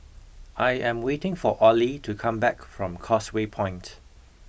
I am waiting for Ollie to come back from Causeway Point